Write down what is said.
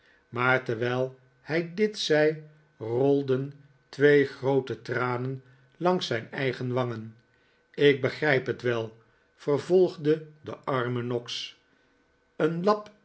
maar terwijl hij dit zei rolden twee groote tranen langs zijn eigen wangen ik begrijp het wel vervolgde de arme noggs een lap